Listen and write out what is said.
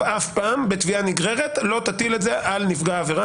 אף פעם בתביעה נגררת לא תטיל את זה על נפגע העבירה.